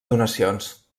donacions